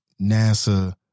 NASA